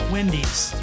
Wendy's